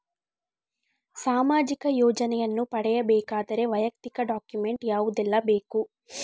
ಸಾಮಾಜಿಕ ಯೋಜನೆಯನ್ನು ಪಡೆಯಬೇಕಾದರೆ ವೈಯಕ್ತಿಕ ಡಾಕ್ಯುಮೆಂಟ್ ಯಾವುದೆಲ್ಲ ಬೇಕು?